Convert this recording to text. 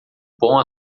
bom